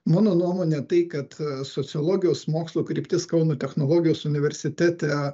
mano nuomone tai kad sociologijos mokslo kryptis kauno technologijos universitete